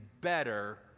better